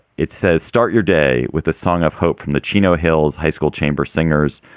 it says start your day with a song of hope from the chino hills high school chamber singers.